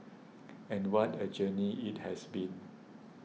and what a journey it has been